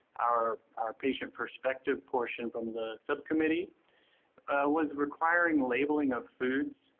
our our patient perspective portion from the subcommittee was requiring labeling of foods,